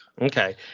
Okay